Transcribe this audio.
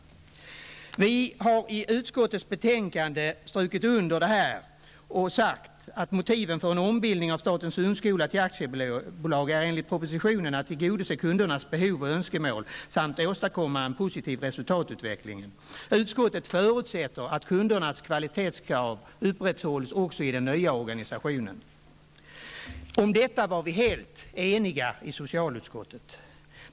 Vi har i utskottets betänkande strukit under detta och sagt: ''Motiven för en ombildning av statens hundskola till aktiebolag är enligt propositionen att tillgodose kundernas behov och önskemål samt att åstadkomma en positiv resultatutveckling. Utskottet förutsätter att kundernas kvalitetskrav upprätthålls också i den nya organisationen.'' Om detta var vi helt eniga i socialutskottet.